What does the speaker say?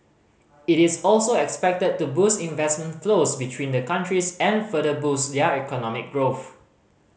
it is also expected to boost investment flows between the countries and further boost their economic growth